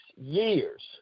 years